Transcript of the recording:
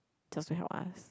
just to help us